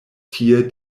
tie